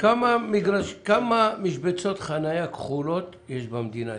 כמה משבצות חניה כחולות יש במדינה?